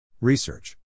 Research